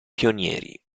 pionieri